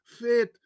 faith